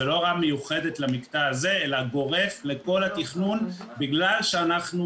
זו לא הוראה מיוחדת למקטע הזה אלא גורף לכל התכנון בגלל שאנחנו